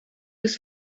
was